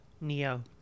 Neo